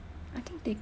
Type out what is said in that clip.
I think they